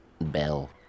bell